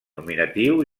nominatiu